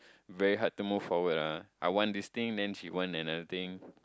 very hard to move forward la I want this thing then she want another thing